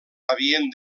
havien